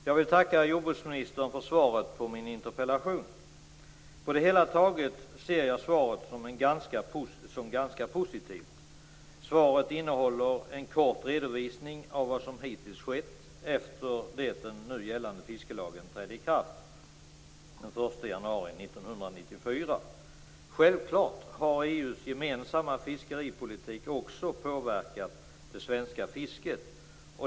Fru talman! Jag vill tacka jordbruksministern för svaret på min interpellation. På det hela taget ser jag svaret som ganska positivt. Svaret innehåller en kort redovisning av vad som hittills skett efter det att den nu gällande fiskelagen trädde i kraft den 1 januari Självfallet har EU:s gemensamma fiskeripolitik också påverkat det svenska fisket.